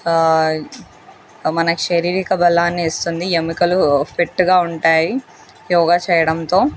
మనకి శారీరక బలాన్ని ఇస్తుంది ఎముకలు ఫిట్గా ఉంటాయి యోగా చేయడంతో